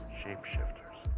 shapeshifters